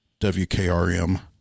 WKRM